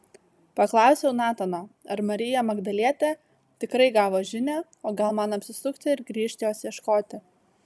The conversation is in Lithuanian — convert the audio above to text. paklausiau natano ar marija magdalietė tikrai gavo žinią o gal man apsisukti ir grįžt jos ieškoti